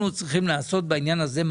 אנחנו צריכים לעשות בעניין הזה.